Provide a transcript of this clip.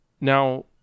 Now